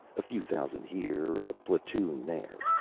a few thousand here, a platoon there.